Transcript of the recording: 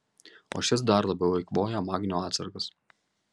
o šis dar labiau eikvoja magnio atsargas